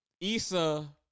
Issa